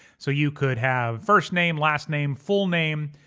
so you could have first name, last name, full name,